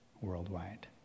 worldwide